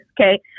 okay